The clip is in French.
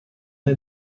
est